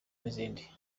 n’izindi